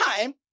time